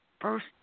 first